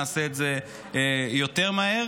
נעשה את זה יותר מהר.